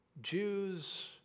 Jews